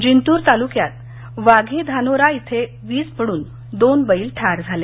जिंतूर तालुक्यात वाघी धानोरा इथे वीज पडून दोन बैल ठार झाले